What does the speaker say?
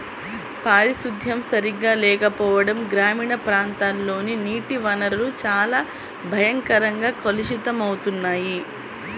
పారిశుద్ధ్యం సరిగా లేకపోవడం గ్రామీణ ప్రాంతాల్లోని నీటి వనరులు చాలా భయంకరంగా కలుషితమవుతున్నాయి